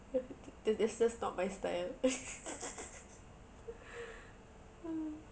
that is just not my style